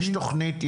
יש תוכנית,